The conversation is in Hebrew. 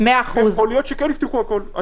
יכול להיות שכן יפתחו הכול.